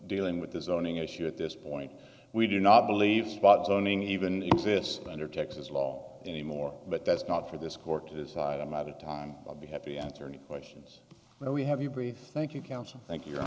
dealing with this owning issue at this point we do not believe spot zoning even exists under texas law anymore but that's not for this court to decide i'm out of time be happy answer any questions we have you prefer thank you counsel thank you